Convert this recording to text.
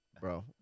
bro